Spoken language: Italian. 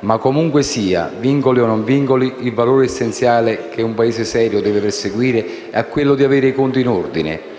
Ma comunque sia, vincoli o no, il valore essenziale che un Paese serio deve perseguire è quello di avere i conti in ordine